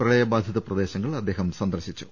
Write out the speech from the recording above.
പ്രളയ ബാധിത പ്രദേശങ്ങൾ അദ്ദേഹം സന്ദർശിച്ചു